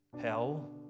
hell